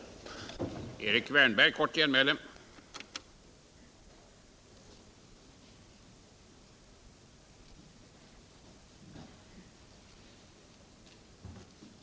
Riksdagens loka frågor på längre Sikt /- frågor på längre Sikt